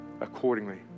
accordingly